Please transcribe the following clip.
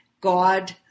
God